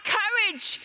courage